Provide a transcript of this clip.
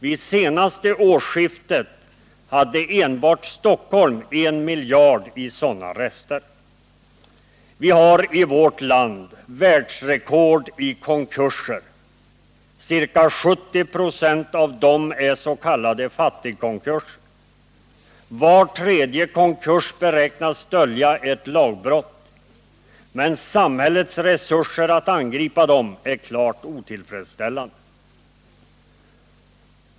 Vid senaste årsskiftet hade enbart Stockholm en miljard i sådana rester. Vi har i vårt land världsrekord i konkurser. Ca 70 26 av dem är s.k. fattigkonkurser. Var tredje konkurs beräknas dölja ett lagbrott. Samhällets resurser för att angripa dessa problem är klart otillfredsställande.